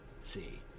see